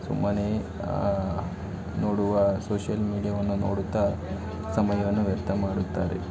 ಸುಮ್ಮನೆ ನೋಡುವ ಸೋಷಲ್ ಮೀಡಿಯಾವನ್ನು ನೋಡುತ್ತಾ ಸಮಯವನ್ನು ವ್ಯರ್ಥ ಮಾಡುತ್ತಾರೆ